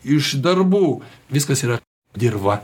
iš darbų viskas yra dirva